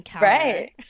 right